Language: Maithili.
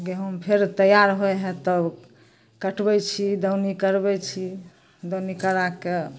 गहूम फेर तैआर होइ हइ तब कटबै छी दौनी करबै छी दौनी कराकऽ